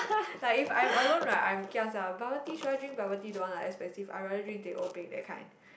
like if I'm alone right I'm ah bubble tea should I drink bubble tea don't want ah expensive I rather drink Teh O peng that kind